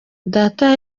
data